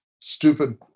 stupid